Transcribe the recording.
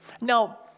Now